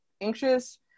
anxious